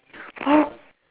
what